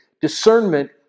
Discernment